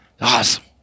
Awesome